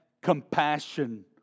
compassion